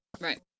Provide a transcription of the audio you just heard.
Right